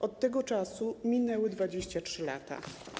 Od tego czasu minęły 23 lata.